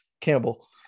campbell